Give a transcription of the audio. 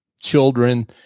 children